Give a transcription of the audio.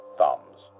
thumbs